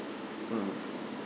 mm